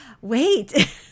wait